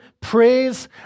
praise